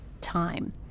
time